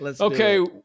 Okay